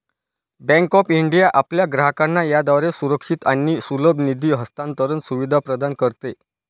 bank of India आपल्या ग्राहकांना याद्वारे सुरक्षित आणि सुलभ निधी हस्तांतरण सुविधा प्रदान करते